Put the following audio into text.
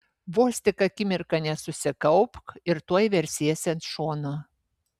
vos tik akimirką nesusikaupk ir tuoj versiesi ant šono